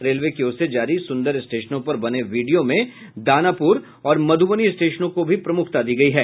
railway की ओर से जारी सुंदर स्टेशनों पर बने वीडियों में दानापुर और मधुबनी स्टेशनों को भी प्रमुखता दी गयी है